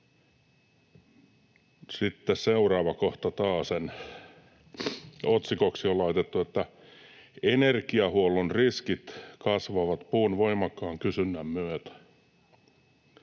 Sitten seuraava kohtaa taasen, otsikoksi on laitettu ”Energiahuollon riskit kasvavat puun voimakkaan kysynnän myötä”.